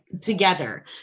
together